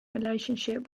relationship